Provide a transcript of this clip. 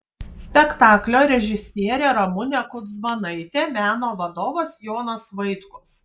spektaklio režisierė ramunė kudzmanaitė meno vadovas jonas vaitkus